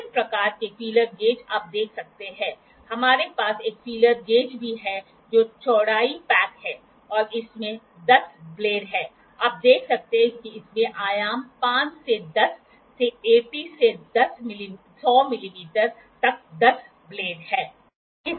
विभिन्न प्रकार के फीलर गेज आप देख सकते हैं हमारे पास एक फीलर गेज भी है जो चौड़ाई पैक है और इसमें 10 ब्लेड हैं आप देख सकते हैं कि इसमें आयाम 5 से 100 से 80 से 100 मिमी तक 10 ब्लेड हैं